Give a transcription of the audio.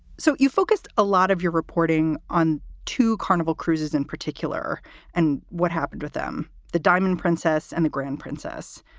so you focused a lot of your reporting on two carnival cruises in particular and what happened with them. the diamond princess and the grand princess.